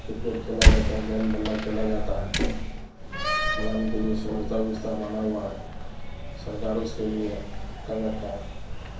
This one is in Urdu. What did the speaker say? کرکٹ کھیلا جاتا ہے گیند بلا کھیلا جاتا ہے کھلانے کے لیے سویدھا ویوستھا بنا ہوا ہے سرکار اس کے لیے کر رکھا ہے